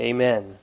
Amen